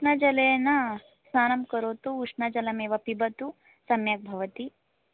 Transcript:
उष्णजलेन स्नानं करोतु उष्णजलमेव पिबतु सम्यक् भवति